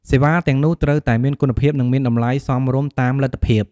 សេវាទាំងនោះត្រូវតែមានគុណភាពនិងមានតម្លៃសមរម្យតាមលទ្ធភាព។